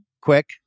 quick